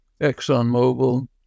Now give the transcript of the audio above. ExxonMobil